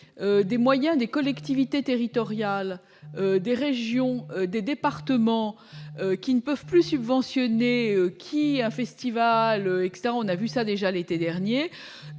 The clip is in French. des moyens des collectivités territoriales des régions, des départements qui ne peuvent plus subventionner, qui est un festival, on a vu ça déjà l'été dernier,